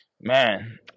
Man